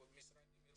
כל המשרדים,